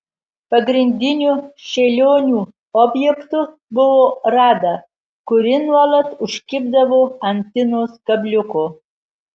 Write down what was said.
pagrindiniu šėlionių objektu buvo rada kuri nuolat užkibdavo ant tinos kabliuko